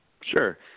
Sure